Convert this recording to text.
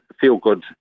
feel-good